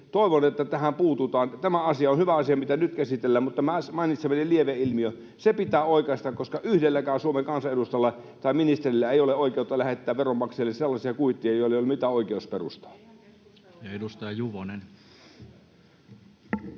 Toivon, että tähän puututaan. Tämä asia on hyvä asia, mitä nyt käsitellään, mutta tämä mainitsemani lieveilmiö pitää oikaista, koska yhdelläkään Suomen kansanedustajalla tai ministerillä ei ole oikeutta lähettää veronmaksajille sellaisia kuitteja, joille ei ole mitään oikeusperustaa. [Mari Rantanen: